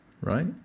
right